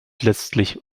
letztlich